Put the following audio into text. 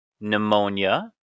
pneumonia